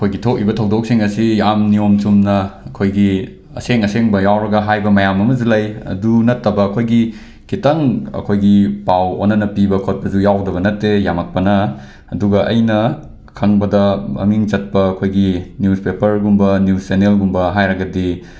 ꯑꯩꯈꯣꯏꯒꯤ ꯊꯣꯛꯏꯕ ꯊꯧꯗꯣꯛꯁꯤꯡ ꯑꯁꯤ ꯌꯥꯝ ꯅꯤꯌꯣꯝ ꯆꯨꯝꯅ ꯑꯩꯈꯣꯏꯒꯤ ꯑꯁꯦꯡ ꯑꯁꯦꯡꯕ ꯌꯥꯎꯔꯒ ꯍꯥꯏꯕ ꯃꯌꯥꯝ ꯑꯃꯁꯨ ꯂꯩ ꯑꯗꯨ ꯅꯠꯇꯕ ꯑꯩꯈꯣꯏꯒꯤ ꯈꯤꯇꯪ ꯑꯩꯈꯣꯏꯒꯤ ꯄꯥꯎ ꯑꯣꯟꯅꯅ ꯄꯤꯕ ꯈꯣꯠꯄꯁꯨ ꯌꯥꯎꯗꯕ ꯅꯠꯇꯦ ꯌꯥꯝꯂꯛꯄꯅ ꯑꯗꯨꯒ ꯑꯩꯅ ꯈꯪꯕꯗ ꯃꯃꯤꯡ ꯆꯠꯄ ꯑꯩꯈꯣꯏꯒꯤ ꯅ꯭ꯌꯨꯁ ꯄꯦꯄꯔꯒꯨꯝꯕ ꯅ꯭ꯌꯨꯁ ꯆꯦꯅꯦꯜꯒꯨꯝꯕ ꯍꯥꯏꯔꯒꯗꯤ